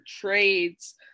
trades